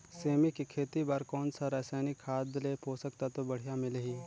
सेमी के खेती बार कोन सा रसायनिक खाद ले पोषक तत्व बढ़िया मिलही?